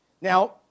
Now